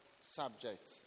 subject